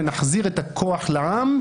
ונחזיר את הכוח לעם,